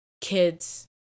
kids